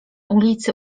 ulicy